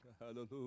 Hallelujah